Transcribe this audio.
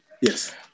yes